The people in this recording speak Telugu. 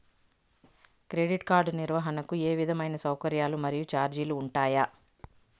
క్రెడిట్ కార్డు నిర్వహణకు ఏ విధమైన సౌకర్యాలు మరియు చార్జీలు ఉంటాయా?